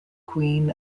queen